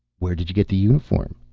where did you get the uniform?